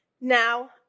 Now